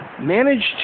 managed